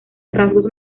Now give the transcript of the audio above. rasgos